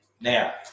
Now